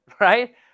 right